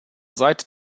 seit